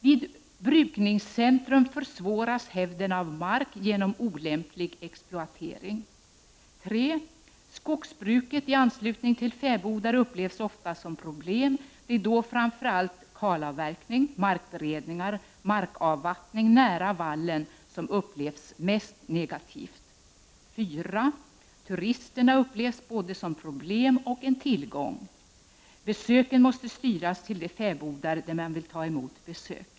— Vid brukningscentrum försvåras hävden av mark genom olämplig exploatering. — Skogsbruket i anslutning till fäbodar upplevs ofta som problem. Det är då framför allt kalavverkning, markberedningar och markavvattning nära vallen som upplevs mest negativt. — Turisterna upplevs både som problem och som en tillgång. Besöken måste styras till de fäbodar där man vill ta emot besök.